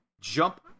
jump